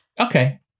okay